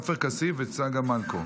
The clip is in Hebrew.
עופר כסיף וצגה מלקו.